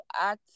act